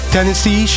Tennessee